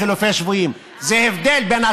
זה הבדל בין,